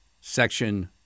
section